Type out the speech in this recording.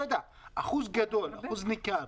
אחוז ניכר